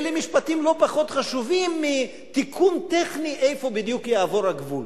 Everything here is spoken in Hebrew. אלה משפטים לא פחות חשובים מתיקון טכני איפה בדיוק יעבור הגבול.